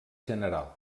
general